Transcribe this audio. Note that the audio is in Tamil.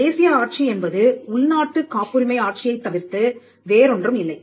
தேசிய ஆட்சி என்பது உள்நாட்டு காப்புரிமை ஆட்சியைத் தவிர்த்து வேறொன்றும் இல்லை